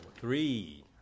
Three